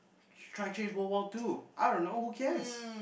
try to change World War Two I don't know who cares